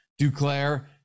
Duclair